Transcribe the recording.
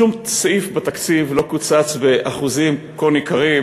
שום סעיף בתקציב לא קוצץ באחוזים כה ניכרים